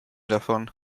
davon